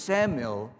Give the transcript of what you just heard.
Samuel